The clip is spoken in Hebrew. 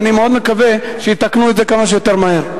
ואני מאוד מקווה שיתקנו את זה כמה שיותר מהר.